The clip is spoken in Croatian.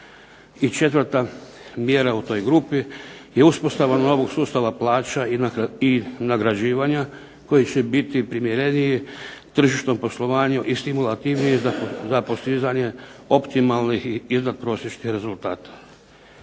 četvrta mjera u toj grupi je uspostava novog sustava plaća i nagrađivanja koji će biti primjereniji tržišnom poslovanju, i stimulativniji za postizanje optimalnih i iznadprosječnih rezultata.